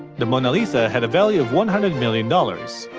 the mona lisa had a value of one hundred million dollars.